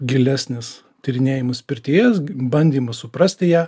gilesnis tyrinėjimas pirties bandymas suprasti ją